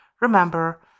Remember